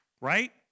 right